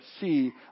see